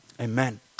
Amen